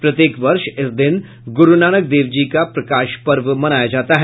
प्रत्येक वर्ष इस दिन गुरुनानक देव जी का प्रकाश पर्व मनाया जाता है